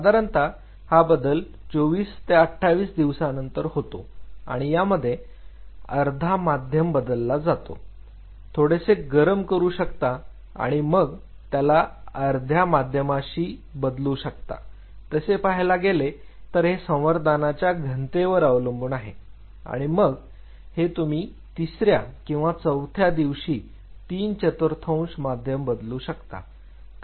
साधारणतः हा बदल 24 ते 28 दिवसानंतर होतो आणि यामध्ये अर्धा माध्यम बदलला जातो थोडेसे गरम करू शकता आणि मग त्याला अर्ध्या माध्यमाशी बदलू शकता तसे पाहायला गेले तर हे संवर्धनाच्या घनतेवर ते अवलंबून आहे आणि मग हे तुम्ही तिसऱ्या किंवा चौथ्या दिवशी तीन चतुर्थांश माध्यम बदलू शकता